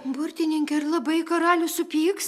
burtininke ar labai karalius supyks